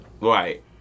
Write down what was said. Right